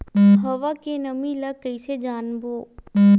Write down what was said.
हवा के नमी ल कइसे जानबो?